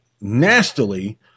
nastily